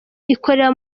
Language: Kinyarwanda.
ikorera